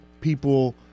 people